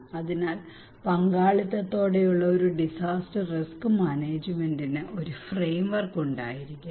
അതിനാൽ പങ്കാളിത്തത്തോടെയുള്ള disaster risk മാനേജ്മെന്റിന് ഒരു ഫ്രെയിംവർക് ഉണ്ടായിരിക്കണം